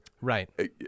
Right